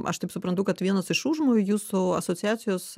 aš taip suprantu kad vienas iš užmojų jūsų asociacijos